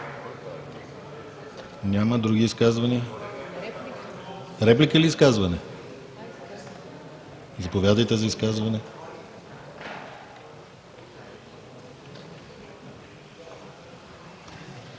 Няма. Други изказвания? Реплика или изказване? Заповядайте за изказване.